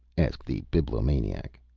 asked the bibliomaniac.